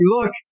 Look